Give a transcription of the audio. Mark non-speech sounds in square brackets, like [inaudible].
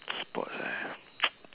sports ah [noise]